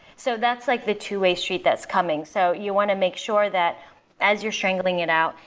so that's like the two-way street that's coming. so you want to make sure that as you're strangling it out,